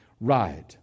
right